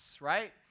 right